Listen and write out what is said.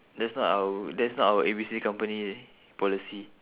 that's not our that's not our A B C company policy